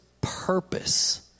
purpose